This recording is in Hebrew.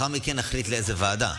לאחר מכן נחליט לאיזו ועדה.